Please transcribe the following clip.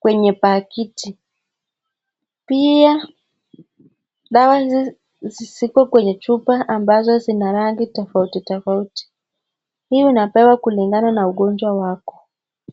kwenye pakiti ,pia dawa hizi ziko kwenye chupa ambazo zina rangi tofauti tofauti hii unapewa kulingana na ugonjwa wako.